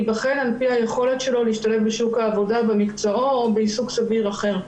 ייבחן על פי היכולת שלו להשתלב בשוק העבודה במקצועו או בעיסוק סביר אחר.